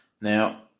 Now